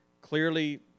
clearly